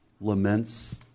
laments